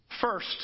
First